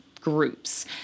groups